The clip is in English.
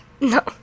No